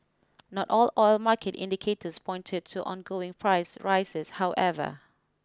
not all oil market indicators pointed to on going price rises however